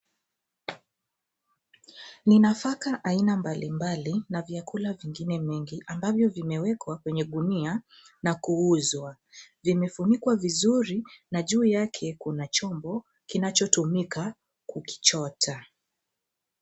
Ni nafaka aina mbalimbali na vyakula vingine mengi ambavyo vimewekwa kwenye gunia na kuuzwa. Vimevunikwa vizuri na juu yake kuna chombo kinachotumika kukichota.